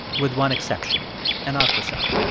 with one exception an ultrasound.